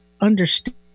understand